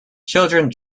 children